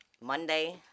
Monday